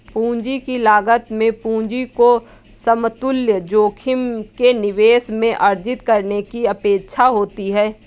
पूंजी की लागत में पूंजी से समतुल्य जोखिम के निवेश में अर्जित करने की अपेक्षा होती है